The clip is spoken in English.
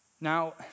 now